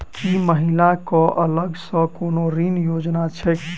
की महिला कऽ अलग सँ कोनो ऋण योजना छैक?